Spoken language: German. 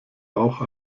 bauch